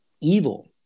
evil